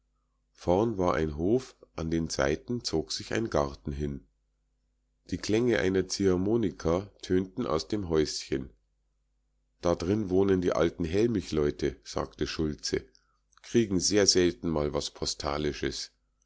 vorn war ein hof an den seiten zog sich ein garten hin die klänge einer ziehharmonika tönten aus dem häuschen da drin wohnen die alten hellmichleute sagte schulze kriegen sehr selten mal was postalisches